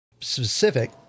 specific